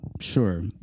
sure